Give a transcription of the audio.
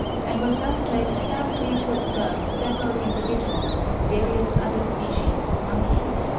and was thus led carefully to observe several individuals of various other species of monkeys,